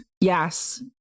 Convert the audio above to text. Yes